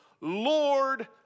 Lord